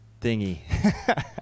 thingy